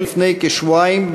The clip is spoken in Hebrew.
לפני כשבועיים,